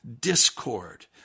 discord